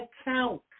account